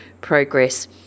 progress